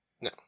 No